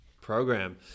program